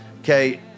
Okay